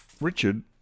Richard